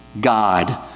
God